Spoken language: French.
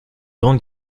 grande